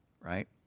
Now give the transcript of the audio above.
right